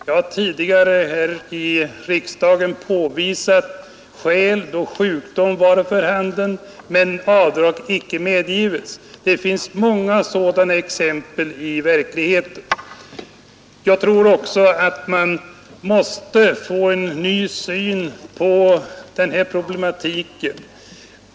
Jag har tidigare här i riksdagen berättat om fall då vederbörande varit sjuk, men då avdrag ändå inte medgivits. Det kan anföras många sådana fall i verkligheten. Jag tror att vi måste få en ny syn på dessa frågor.